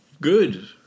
good